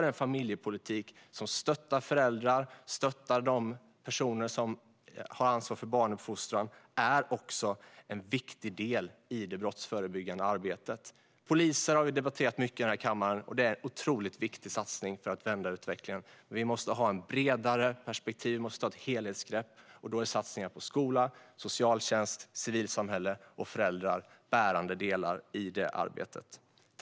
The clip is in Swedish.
En familjepolitik som stöttar föräldrar, stöttar dem som har ansvaret för barnuppfostran, är en viktig del i det brottsförebyggande arbetet. Poliser har vi debatterat mycket i kammaren. Det är en otroligt viktig satsning för att vända utvecklingen. Det måste finnas ett bredare perspektiv med ett helhetsgrepp. Då är satsningar på skola, socialtjänst, civilsamhälle och föräldrar bärande delar i arbetet.